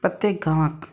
प्रत्येक गांवांत